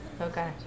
Okay